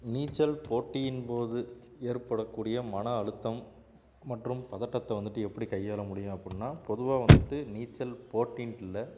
நீச்சல் போட்டியின் போது ஏற்படக்கூடிய மன அழுத்தம் மற்றும் பதட்டத்தை வந்துட்டு எப்படி கையால் முடியும் அப்புடின்னா பொதுவா வந்துட்டு நீச்சல் போட்டின்ட்டு இல்லை